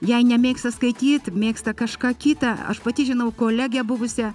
jei nemėgsta skaityt mėgsta kažką kitą aš pati žinau kolegę buvusią